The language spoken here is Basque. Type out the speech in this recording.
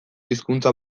hizkuntza